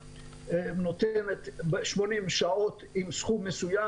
שנותנת 80 שעות עם סכום מסוים.